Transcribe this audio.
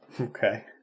okay